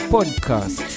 Podcast